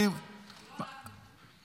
זה לא אנחנו.